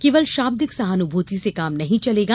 केवल शाब्दिक सहानुभूति से काम नहीं चलेगा